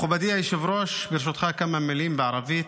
מכובדי היושב-ראש, ברשותך כמה מילים בערבית,